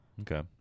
Okay